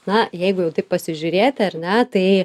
na jeigu jau taip pasižiūrėti ar ne tai